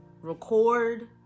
record